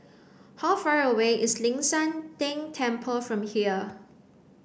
how far away is Ling San Teng Temple from here